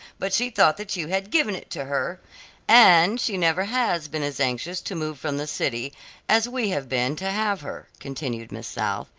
but she thought that you had given it to her and she never has been as anxious to move from the city as we have been to have her, continued miss south,